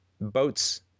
boats